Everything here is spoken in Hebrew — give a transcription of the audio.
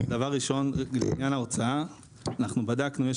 לעניין ההוצאה - קודם כול, בדקנו.